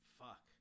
fuck